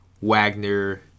Wagner